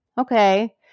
okay